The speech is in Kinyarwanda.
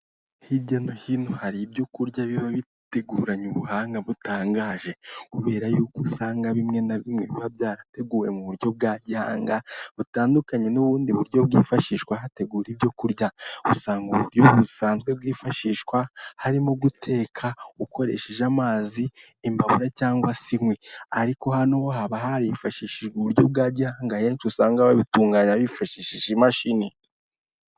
Hirya no hino hari ibyo kurya biba biteguranye ubuhanga butangaje ,kubera y'uko usanga bimwe na bimwe biba byarateguwe mu buryo bwa gihanga butandukanye n'ubundi buryo bwifashishwa hategura ibyo kurya. Usanga uburyo busanzwe bwifashishwa harimo guteka ukoresheje amazi, imbabura cyangwa se inkwi ariko hano haba hifashishijwe uburyo bwa gihanga ahenshi usanga babitunganya bifashishije imashini.